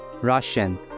Russian